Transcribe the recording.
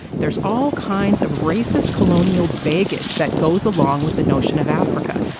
there's all kinds of racist, colonial baggage that goes along with the notion of africa.